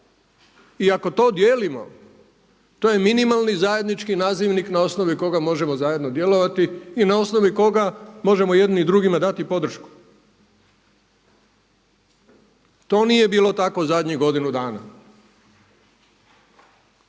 i ako to dijelimo, to je minimalni zajednički nazivnik na osnovi koga možemo zajedno djelovati i na osnovi koga možemo jedni drugima dati podršku. To nije bilo tako u zadnjih godinu dana.